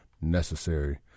necessary